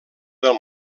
del